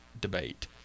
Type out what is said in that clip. debate